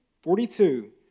Forty-two